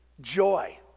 Joy